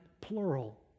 plural